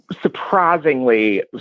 surprisingly